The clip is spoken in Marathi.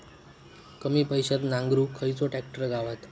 कमी पैशात नांगरुक खयचो ट्रॅक्टर गावात?